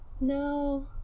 No